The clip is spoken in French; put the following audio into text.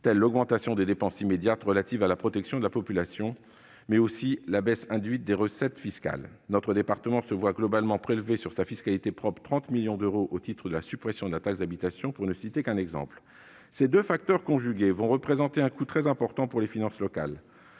que l'augmentation des dépenses immédiates relatives à la protection de la population, mais aussi la baisse induite des recettes fiscales. De plus, 30 millions d'euros sont globalement prélevés sur la fiscalité propre de mon département au titre de la suppression de la taxe d'habitation, pour ne citer qu'un exemple. Ces deux facteurs conjugués vont représenter un coût très important pour les finances locales.